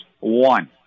One